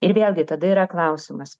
ir vėlgi tada yra klausimas